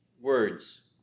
words